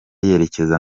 yerekeza